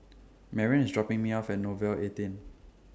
Marrion IS dropping Me off At Nouvel eighteen